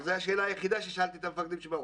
שזו השאלה היחידה ששאלתי את המפקדים שבאו.